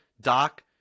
doc